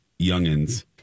Youngins